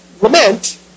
lament